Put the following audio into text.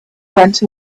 went